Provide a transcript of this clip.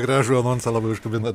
gražų anonsą labai užkabino